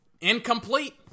incomplete